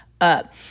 up